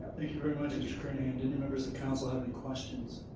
um thank you very much mr. kernahan. do any members of council have any questions?